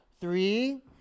Three